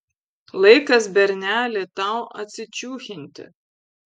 laikas berneli tau atsičiūchinti